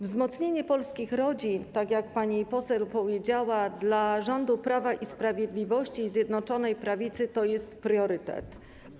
Wzmocnienie polskich rodzin, tak jak pani poseł powiedziała, dla rządu Prawa i Sprawiedliwości i Zjednoczonej Prawicy jest priorytetem.